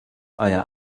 euer